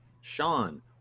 Sean